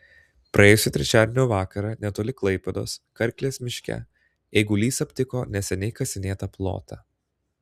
praėjusį trečiadienio vakarą netoli klaipėdos karklės miške eigulys aptiko neseniai kasinėtą plotą